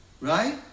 Right